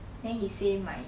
then he say my